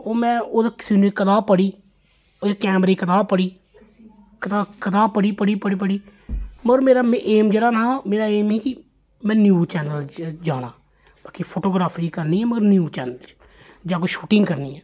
ओह् में कसिनो दी कताब पढ़ी कैमरे दी कताब पढ़ी कताब कताब पढ़ी पढ़ी मगर मेरा ऐम जेह्ड़ा हा मेरा ऐम ही कि में न्यूज चैनल च जाना बाकी फोटोग्राफरी करनी ऐ मगर न्यूज चैनलजेह्ड़ा हा मेरा ऐम ही कि में न्यूज चैनल च जां कोई शूटिंग करनी ऐ